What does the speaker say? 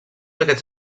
aquests